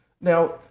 Now